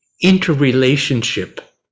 interrelationship